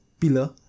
Pillar